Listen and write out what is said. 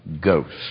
ghosts